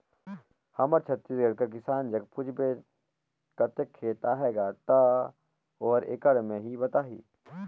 हमर छत्तीसगढ़ कर किसान जग पूछबे कतेक खेत अहे गा, ता ओहर एकड़ में ही बताही